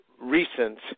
recent